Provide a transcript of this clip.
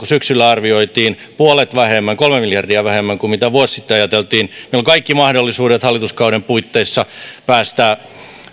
syksyllä arvioitiin puolet vähemmän kolme miljardia vähemmän kuin mitä vuosi sitten ajateltiin meillä on kaikki mahdollisuudet hallituskauden puitteissa päästä